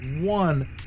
one